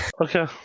Okay